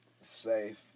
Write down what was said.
safe